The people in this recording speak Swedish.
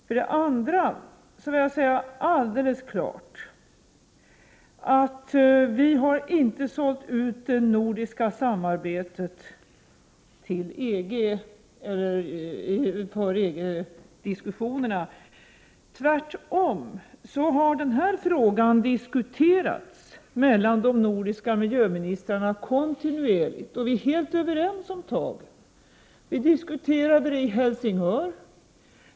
För det andra vill jag säga alldeles klart att vi inte har sålt ut det nordiska samarbetet för EG-diskussionerna. Tvärtom har denna fråga diskuterats mellan de nordiska miljöministrarna kontinuerligt. Vi är helt överens om tillvägagångssättet. Vi diskuterade detta i Helsingör.